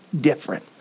different